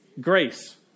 grace